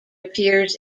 appears